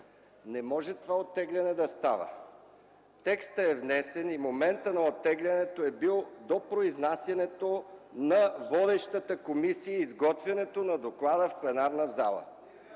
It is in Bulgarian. да става това оттегляне. Текстът е внесен и моментът на оттеглянето е бил до произнасянето на водещата комисия и изготвянето на доклада в пленарната зала.